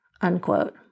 Unquote